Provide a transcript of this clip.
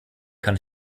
kann